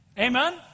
Amen